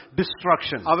destruction